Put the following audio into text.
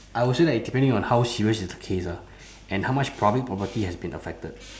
I will say like it depending on how serious is the case lah and how much public property has been affected